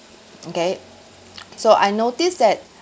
mm K so I noticed that